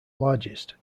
largest